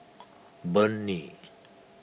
Burnie